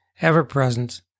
ever-present